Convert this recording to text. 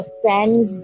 friends